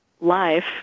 life